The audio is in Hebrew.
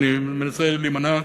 ואני מנסה להימנע,